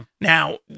Now